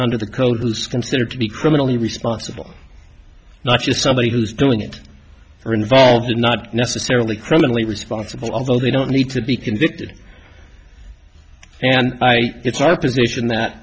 under the code loose considered to be criminally responsible not just somebody who's doing it or involved not necessarily criminally responsible although they don't need to be convicted and it's our position that